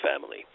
family